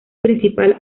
principal